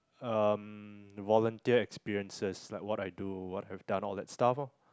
um volunteer experiences like what I do what I've done all that stuff lor